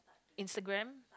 Instagram